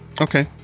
Okay